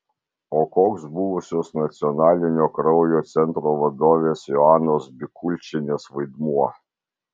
o koks buvusios nacionalinio kraujo centro vadovės joanos bikulčienės vaidmuo